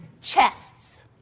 chests